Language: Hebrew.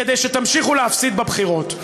כדי שתמשיכו להפסיד בבחירות.